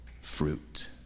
fruit